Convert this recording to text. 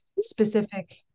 specific